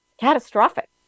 catastrophic